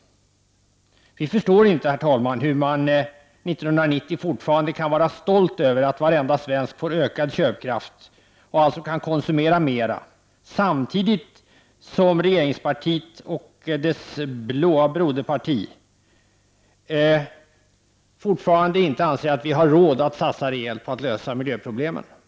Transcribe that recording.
Vi i miljöpartiet förstår inte hur man år 1990 fortfarande kan vara stolt över att varenda svensk får ökad köpkraft och alltså kan konsumera mer. Samtidigt anser regeringspartiet och dess blå broderparti att vi inte har råd att satsa rejält på att lösa miljöproblemen.